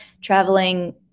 traveling